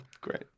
Great